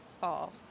fall